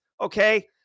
okay